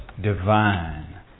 divine